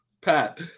Pat